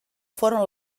foren